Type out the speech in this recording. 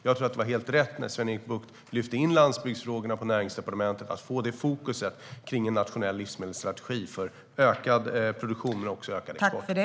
Jag tror att det var helt rätt när Sven-Erik Bucht lyfte in landsbygdsfrågorna på Näringsdepartementet, att få detta fokus kring en nationell livsmedelsstrategi för ökad produktion men också ökad export.